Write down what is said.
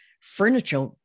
furniture